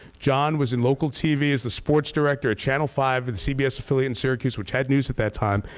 john was in local tv as a sports director at channel five for the cbs affiliate in syracuse which had news at that time.